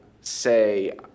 say